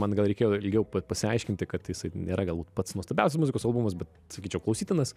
man gal reikėjo ilgiau pa pasiaiškinti kad jisai nėra galbūt pats nuostabiausias muzikos albumas bet sakyčiau klausytinas